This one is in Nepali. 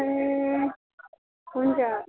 ए हुन्छ